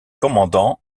commandants